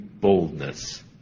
boldness